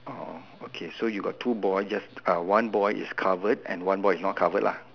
orh okay so you got two boy just uh one boy is covered and one boy is not covered lah